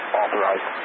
authorized